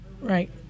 Right